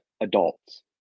adults